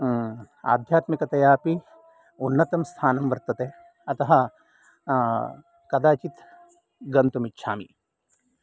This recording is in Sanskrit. आध्यात्मिकतया अपि उन्नतं स्थानं वर्तते अतः कदाचित् गन्तुम् इच्छामि